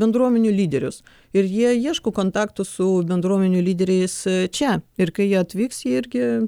bendruomenių lyderius ir jie ieško kontaktų su bendruomenių lyderiais čia ir kai jie atvyks jie irgi